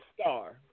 star